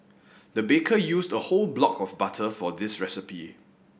the baker used a whole block of butter for this recipe